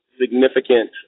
significant